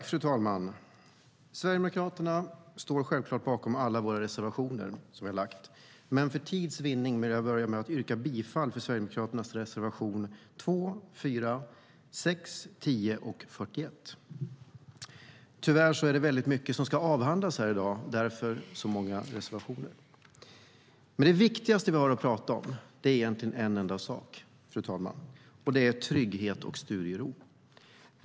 Fru talman! Vi sverigedemokrater står självklart bakom alla våra reservationer, men för tids vinnande vill jag börja med att yrka bifall till Sverigedemokraternas reservationer 2, 4, 6, 10 och 41. Tyvärr är det väldigt mycket som ska avhandlas här i dag, därför så många reservationer. Fru talman! Det viktigaste vi i dag har att prata om är egentligen en enda sak, och det är trygghet och studiero.